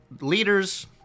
leaders